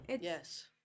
Yes